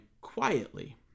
quietly